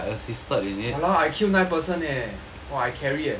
!hannor! I kill nine person eh !wah! I carry eh